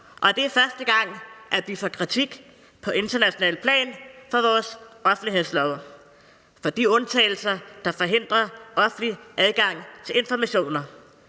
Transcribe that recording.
og det er første gang, at vi får kritik på internationalt plan for vores offentlighedslov – kritik for de undtagelser, der forhindrer offentlig adgang til informationer.